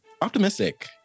optimistic